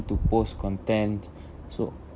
to post content so